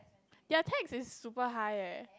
ya tax is super high leh